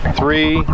three